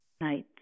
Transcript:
night